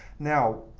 now,